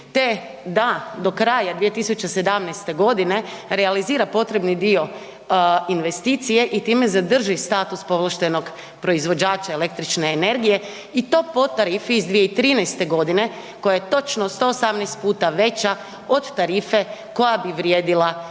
te da do kraja 2017. godine realizira potrebni dio investicije i time zadrži status povlaštenog proizvođača električne energije i to po tarifi iz 2013. godine koja je točno 118 puta veća od tarife koja bi vrijedila da mu